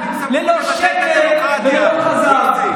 ללא שקר וללא כזב.